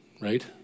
right